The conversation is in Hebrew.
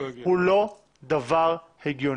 הוא לא דבר הגיוני.